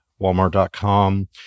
walmart.com